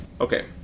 Okay